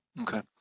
Okay